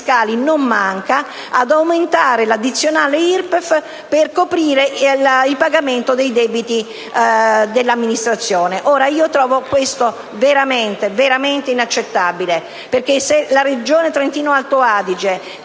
non manchi, ad aumentare l'addizionale IRPEF per coprire il pagamento dei debiti dell'amministrazione. Trovo questo veramente inaccettabile, perché se la Regione Trentino-Alto Adige,